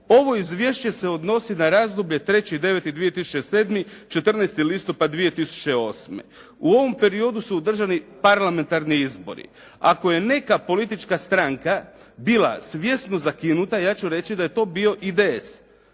ovo izvješće se odnosi na razdoblje 3.9.2007.-14.listopad 2008. U ovom periodu su održani parlamentarni izbori. Ako je neka politička stranka bila svjesno zakinuta ja ću reći da je to bio IDS.